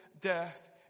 death